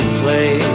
play